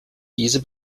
diese